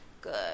Good